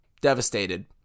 devastated